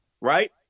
right